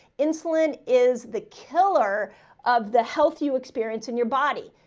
insulin is the killer of the health you experience in your body.